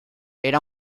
era